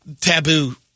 taboo